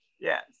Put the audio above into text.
Yes